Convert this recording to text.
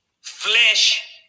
flesh